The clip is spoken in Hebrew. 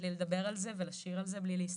לי לדבר על זה ולשיר על זה בלי להסתתר.